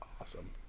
awesome